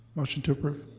motion to approve.